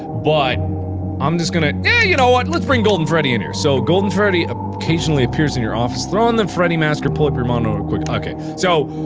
but i'm just gonna. ah you know what, let's bring golden freddy in here! so golden freddy occasionally appears in your office. throw on the freddy mask or pull up your monitor quick okay. so,